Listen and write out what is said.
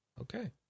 okay